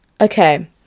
Okay